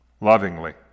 lovingly